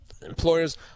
Employers